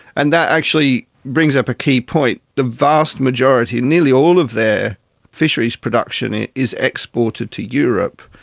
and that actually brings up a key point, the vast majority, nearly all of their fisheries production is exported to europe.